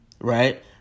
right